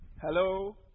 Hello